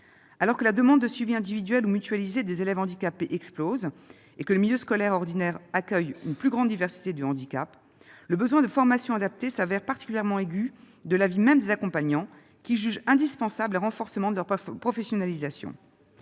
Alors que la demande de suivi individuel ou mutualisé des élèves handicapés explose et que le milieu scolaire ordinaire accueille une plus grande diversité de handicaps, le besoin de formations adaptées s'avère particulièrement aigu, de l'avis même des accompagnants, qui jugent indispensable un renforcement de leur professionnalisation.